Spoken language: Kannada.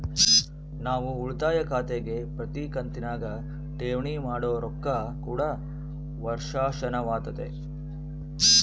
ನಾವು ಉಳಿತಾಯ ಖಾತೆಗೆ ಪ್ರತಿ ಕಂತಿನಗ ಠೇವಣಿ ಮಾಡೊ ರೊಕ್ಕ ಕೂಡ ವರ್ಷಾಶನವಾತತೆ